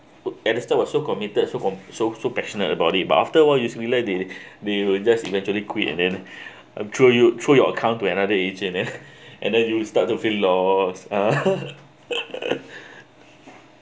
at the start was so committed so com~ so so passionate about it but after a while you realize they they will just eventually quit and then throw you throw your account to another agent ya and then you will start to feel lost